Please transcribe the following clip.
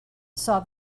saw